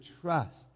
trust